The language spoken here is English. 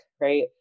right